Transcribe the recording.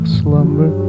slumber